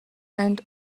and